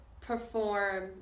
perform